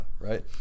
right